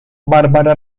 bárbara